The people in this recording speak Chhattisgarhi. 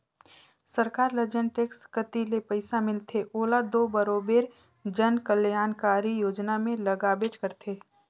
सरकार ल जेन टेक्स कती ले पइसा मिलथे ओला दो बरोबेर जन कलयानकारी योजना में लगाबेच करथे